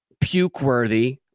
puke-worthy